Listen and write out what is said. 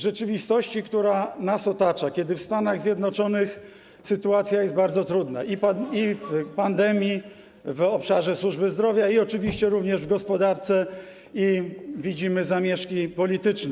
rzeczywistości, która nas otacza, kiedy w Stanach Zjednoczonych sytuacja jest bardzo trudna i w obszarze pandemii, w obszarze służby zdrowia, i oczywiście również w gospodarce, i widzimy zamieszki polityczne.